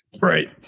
Right